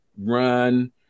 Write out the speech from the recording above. run